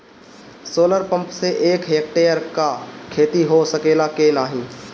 Solar pump से एक hectare क खेती हो सकेला की नाहीं?